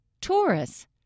Taurus